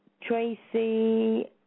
Tracy